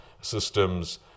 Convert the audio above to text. systems